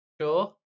sure